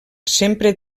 sempre